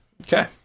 Okay